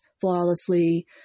flawlessly